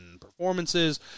performances